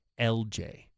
LJ